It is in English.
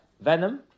Venom